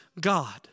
God